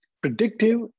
predictive